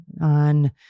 on